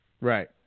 Right